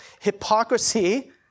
hypocrisy